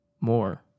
more